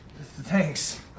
Thanks